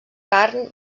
carn